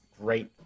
great